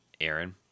Aaron